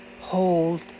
hold